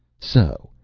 so,